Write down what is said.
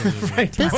Right